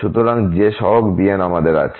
সুতরাং যে সহগ bn আমাদের আছে